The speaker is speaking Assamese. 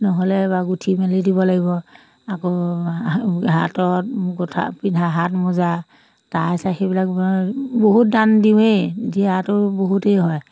নহ'লে বা গুঠি মেলি দিব লাগিব আকৌ হাতত গুঠা পিন্ধা হাত মোজা টাই চাই সেইবিলাক বহুত দান দিওঁৱেই দিয়াটো বহুতেই হয়